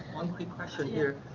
one quick question here.